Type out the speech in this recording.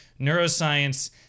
neuroscience